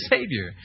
Savior